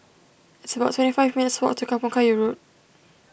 it's about twenty five minutes' walk to Kampong Kayu Road